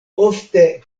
ofte